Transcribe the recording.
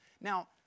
Now